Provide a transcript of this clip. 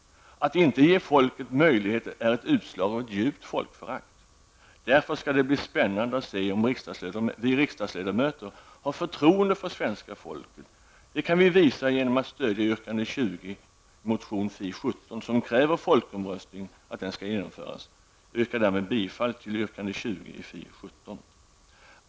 Att inte ge folket möjlighet därtill är ett utslag av ett djupt folkförakt. Därför skall det bli spännande att se om vi riksdagsledamöter har förtroende för svenska folket. Det kan vi visa genom att stödja yrkande 20 i motion Fi17, där det krävs att folkomröstning skall genomföras. Jag yrkar därmed bifall till yrkandet 20 i Fi17.